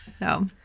no